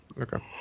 Okay